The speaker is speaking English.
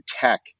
tech